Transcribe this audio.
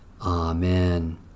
Amen